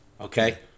okay